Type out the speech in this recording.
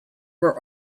were